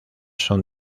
son